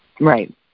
Right